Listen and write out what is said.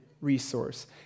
resource